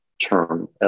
term